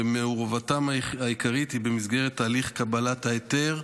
ומעורבותם העיקרית היא במסגרת תהליך קבלת ההיתר.